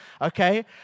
okay